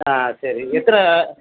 ஆ சரி எத்தனை